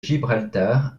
gibraltar